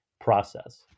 process